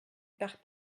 par